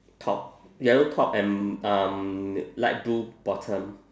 top yellow top and um light blue bottom